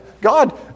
God